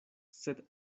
sed